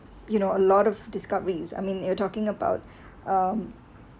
you know a lot of discovery is I mean you're talking about um